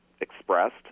expressed